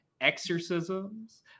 exorcisms